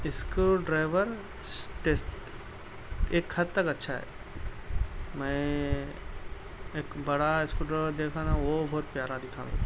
screw driver اس test ایک حد تک اچھا ہے میں ایک بڑا اسکرو ڈرائیور دیکھا نا وہ بہت پیارا دکھا میرے کو